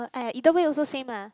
!aiya! either way also same lah